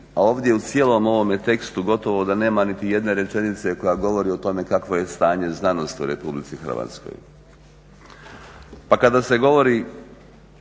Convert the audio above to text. a ovdje u cijelom ovome tekstu gotovo da nema niti jedne rečenice koja govori o tome kakvo je stanje znanosti u RH. Pa kada se govori